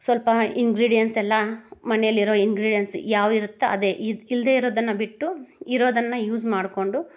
ಸ್ವಲ್ಪ ಇಂಗ್ರೀಡಿಯೆಂಟ್ಸ್ ಎಲ್ಲ ಮನೆಯಲ್ ಇರೋ ಇಂಗ್ರೀಡಿಯೆಂಟ್ಸ್ ಯಾವು ಇರುತ್ತೊ ಅದೇ ಇಲ್ಲದೇ ಇರೋದನ್ನು ಬಿಟ್ಟು ಇರೋದನ್ನು ಯೂಸ್ ಮಾಡಿಕೊಂಡು